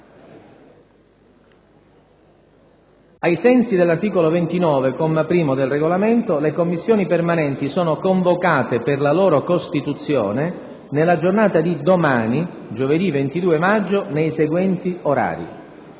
Ai sensi dell'articolo 29, comma 1, del Regolamento, le Commissioni permanenti sono convocate, per la loro costituzione, nella giornata di domani, giovedì 22 maggio, nei seguenti orari: